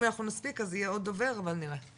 אם אנחנו נספיק יהיה עוד דובר אבל אנחנו נראה,